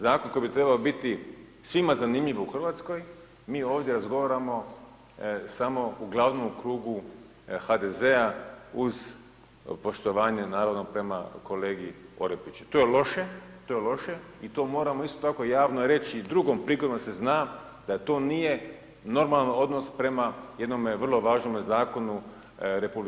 Zakon koji bi trebao biti svima zanimljiv u Hrvatskoj, mi ovdje razgovaramo samo uglavnom u krugu HDZ-a uz poštovanje naravno, prema kolegi Orepiću, to je loše i to moramo isto tako javno reći i drugom prigodom da se zna, da to nije normalan odnos prema jednome vrlo važnome zakonu RH.